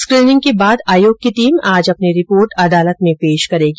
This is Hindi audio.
स्क्रीनिंग के बाद आयोग की टीम आज अपनी रिपोर्ट अदालत में पेश करेगी